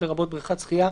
לרבות בריכת שחייה,